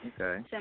Okay